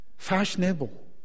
fashionable